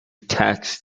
tax